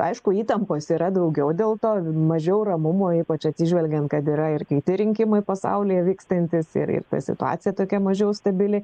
aišku įtampos yra daugiau dėl to mažiau ramumo ypač atsižvelgiant kad yra ir kiti rinkimai pasaulyje vykstantys ir ir ta situacija tokia mažiau stabili